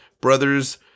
brothers